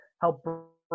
help